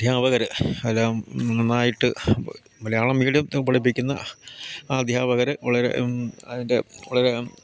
അധ്യാപകര് എല്ലാം നന്നായിട്ട് മലയാളം മീഡിയം പഠിപ്പിക്കുന്ന അധ്യാപകര് വളരെ അതിൻ്റെ വളരെ